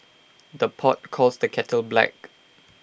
the pot calls the kettle black